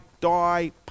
die